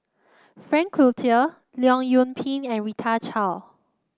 Frank Cloutier Leong Yoon Pin and Rita Chao